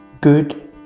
good